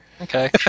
Okay